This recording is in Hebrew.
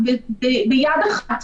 אגנוסטי,